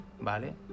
¿Vale